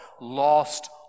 lost